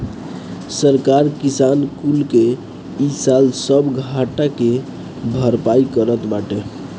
सरकार किसान कुल के इ साल सब घाटा के भरपाई करत बाटे